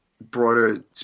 broader